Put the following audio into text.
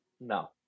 No